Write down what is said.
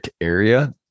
area